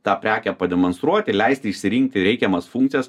tą prekę pademonstruoti leisti išsirinkti reikiamas funkcijas